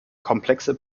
komplexe